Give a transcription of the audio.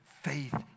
faith